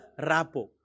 rapo